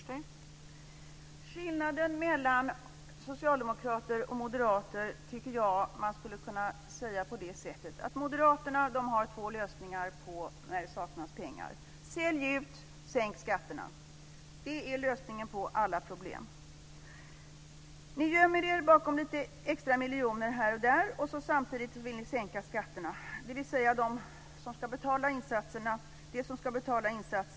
Fru talman! Jag tycker att man skulle kunna beskriva skillnaden mellan moderater och socialdemokrater på det här sättet: Moderaterna har två lösningar när det saknas pengar. Sälj ut! Sänk skatterna! Det är lösningen på alla problem. Ni gömmer er bakom lite extra miljoner här och där. Samtidigt vill ni sänka skatterna. Det som ska betala insatserna tar man alltså bort.